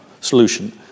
solution